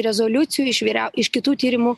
rezoliucijų iš viria iš kitų tyrimų